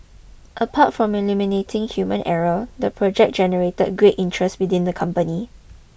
apart from eliminating human error the project generater great interest within the company